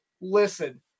Listen